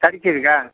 கடிச்சுருக்கா